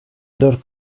dört